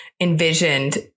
envisioned